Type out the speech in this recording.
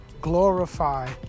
glorify